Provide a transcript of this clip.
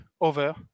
over